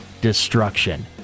Destruction